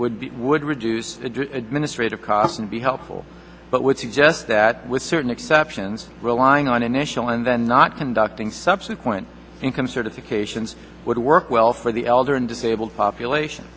would be would reduce administrative costs and be helpful but would suggest that with certain exceptions relying on initial and then not conducting subsequent income certifications would work well for the elder and disabled population